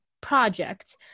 project